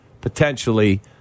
potentially